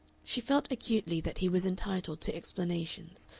she felt acutely that he was entitled to explanations,